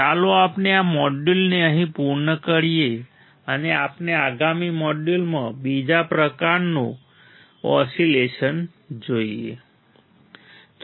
ચાલો આપણે આ મોડ્યુલને અહીં પૂર્ણ કરીએ અને આપણે આગામી મોડ્યુલમાં બીજા પ્રકારનું ઓસીલેટર જોઈશું